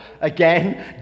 again